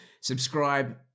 subscribe